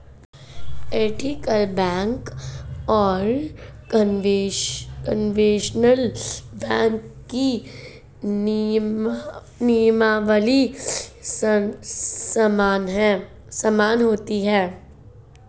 ethical bank और conventional bank की नियमावली समान होती है